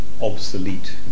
obsolete